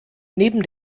neben